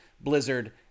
Blizzard